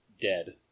dead